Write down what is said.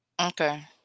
Okay